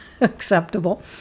acceptable